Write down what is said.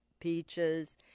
peaches